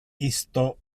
isto